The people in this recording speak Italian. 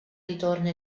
ritorna